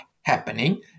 happening